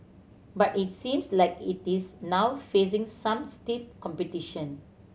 but it seems like it is now facing some stiff competition